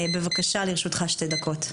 בבקשה, לרשותך שתי דקות.